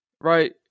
Right